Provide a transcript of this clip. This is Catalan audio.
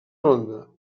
ronda